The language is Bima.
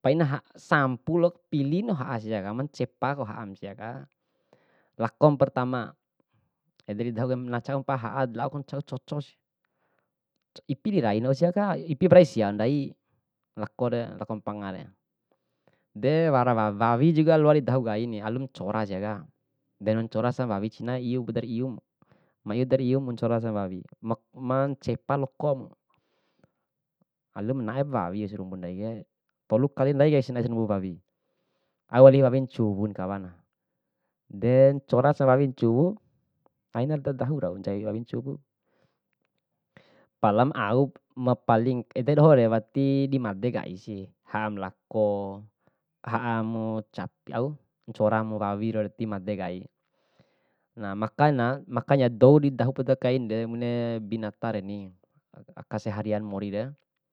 Paina ha sampu lao pilina ha'a sia kamana, nancepa ha'am siaka. Lakom pertama, ede didahu kaim nacau mpa'a ha'a, laoku na cau coco, ipi diraina siaka, ipipu rai sia ndai, lakore lako mpangare. De wara wa- wawi juga loa didahu kaini, alum ncora siaka, de nancora sa wawi cina iu darium, ma iur da iummu, mancora sawawi, ma- mancepa lokomu, alumu naipu wawi sarumbu ndaike, tolu kali ndai nae sarumbu wawi, au wali wawi ncuwu de ncora sawawi ncuwu, aina dadahu rau ndai wawi ncuwu. Palam auk ma paling, ede dohore wati di madekai si, ha'a mu laku, ha'a mu, au ncora mu wawi tidi made kai, makanya dou di dahu poda kainde bune binatare ni aka seharian morire.